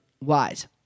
Wise